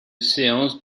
séance